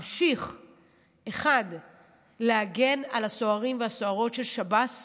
1. להגן על הסוהרים והסוהרות של שב"ס,